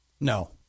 No